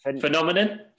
phenomenon